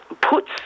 puts